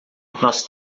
nós